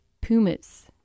pumas